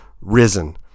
risen